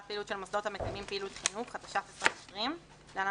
התש"ף-2020 (להלן